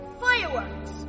fireworks